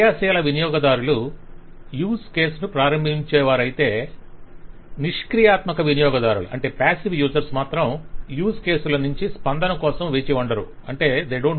క్రియాశీల వినియోగదారులు use case ను ప్రారంభించేవారు అయితే నిష్క్రియాత్మక వినియోగదారులు మాత్రం యూజ్ కేసుల నుంచి స్పందన కోసం వేచియుండే వారు